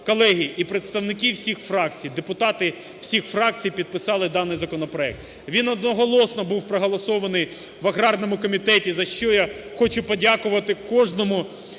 Колеги і представники всіх фракцій, депутати всіх фракцій підписали даний законопроект. Він одноголосно був проголосований в аграрному комітеті, за що я хочу подякувати кожному